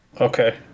Okay